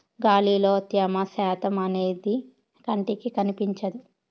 గాలిలో త్యమ శాతం అనేది కంటికి కనిపించదు